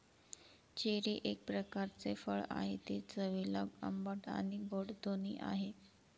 cherry एक प्रकारचे फळ आहे, ते चवीला आंबट आणि गोड दोन्ही आहे